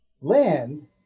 land